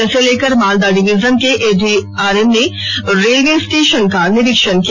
इसको लेकर मालदा डिवीजन के एडीआरएम ने रेलवे स्टेशन का निरीक्षण किया